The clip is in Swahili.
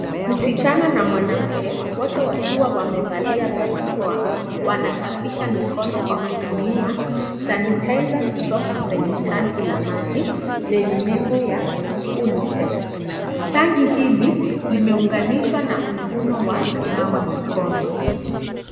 Msichana na mwanamke wote wakiwa wamevalia barakoa, wanasafisha mikono kwa wakitumia (cs)sanitiser (cs) kutoka kwenye tanki ya maji yenye nembo ya unicef. Tanki hili limeunganishwa na mfumo wa kunawa mikono.